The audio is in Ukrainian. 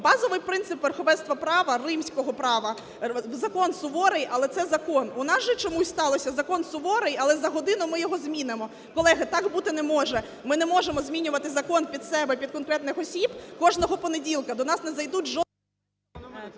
Базовий принцип верховенства права, римського права – "закон суворий, але це закон". У нас же чомусь сталося, закон суворий, але за годину ми його змінимо. Колеги, так бути не може. Ми не можемо змінювати закон під себе, під конкретних осіб кожного понеділка. До нас не зайдуть… ГОЛОВУЮЧИЙ.